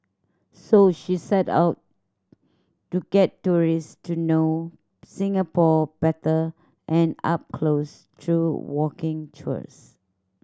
so she set out to get tourist to know Singapore better and up close through walking tours